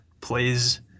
plays